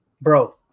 Bro